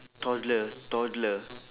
toddler toddler